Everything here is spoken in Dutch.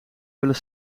willen